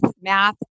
math